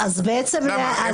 למה?